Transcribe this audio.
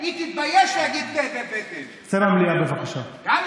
תתחילי לטפל בימין, תעזרי לו.